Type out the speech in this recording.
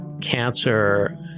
cancer